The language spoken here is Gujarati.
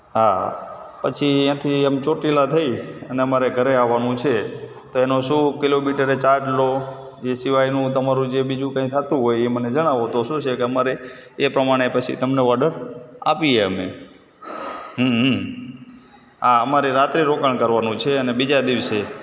પછી ત્યાંથી આમ ચોટીલા થઇ અને અમારે ઘરે આવવાનું છે તો તેનો શું કિલોમીટરે ચાર્જ લો એ સિવાયનું તમારું જે બીજું કંઈ થતું હોય એ મને જણાવો તો શું છે કે અમારે એ પ્રમાણે પછી તમને ઓર્ડર આપીએ અમે હું હું આ અમારે રાત્રિ રોકાણ કરવાનું છે અને બીજા દિવસે